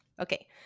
Okay